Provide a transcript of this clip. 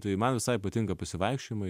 tai man visai patinka pasivaikščiojimai